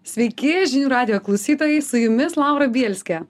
sveiki žinių radijo klausytojai su jumis laura bielskė